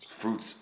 fruits